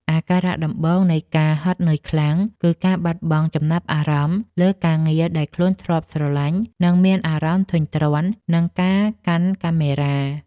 អាការៈដំបូងនៃ ការហត់នឿយខ្លាំង គឺការបាត់បង់ចំណាប់អារម្មណ៍លើការងារដែលខ្លួនធ្លាប់ស្រឡាញ់ និងមានអារម្មណ៍ធុញទ្រាន់នឹងការកាន់កាមេរ៉ា។